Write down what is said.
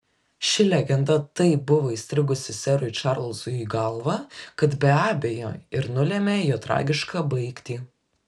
ši legenda taip buvo įstrigusi serui čarlzui į galvą kad be abejo ir nulėmė jo tragišką baigtį